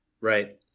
right